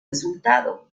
resultado